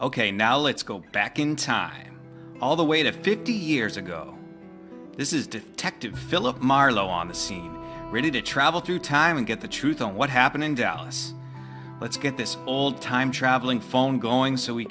ok now let's go back in time all the way to fifty years ago this is detective philip marlowe on the scene ready to travel through time and get the truth on what happened in dallas let's get this old time traveling phone going so we